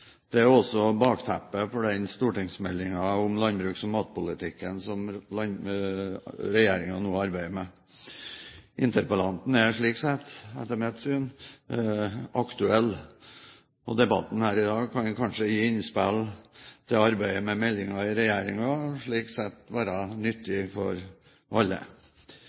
Dette er også bakteppet for den stortingsmeldingen om landbruks- og matpolitikken som regjeringen nå arbeider med. Interpellasjonen er slik sett etter mitt syn aktuell, og debatten her i dag kan kanskje gi innspill til arbeidet med meldingen i regjeringen, og dermed være nyttig for alle.